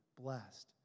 blessed